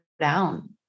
down